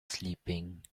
sleeping